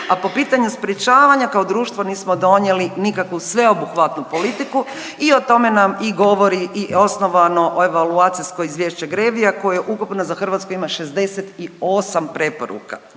a po pitanju sprječavanja kao društvo nismo donijeli nikakvu sveobuhvatnu politiku i o tome nam i govori i osnovano evaluacijsko izvješće GREVIO-a koje ukupno za Hrvatsku ima 68 preporuka.